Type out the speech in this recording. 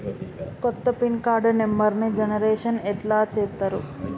కొత్త pin card నెంబర్ని generation ఎట్లా చేత్తరు?